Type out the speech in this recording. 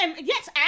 Yes